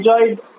enjoyed